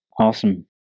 Awesome